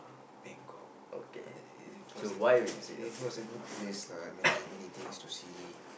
Bangkok it was a it was a good place lah many many things to see